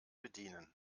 bedienen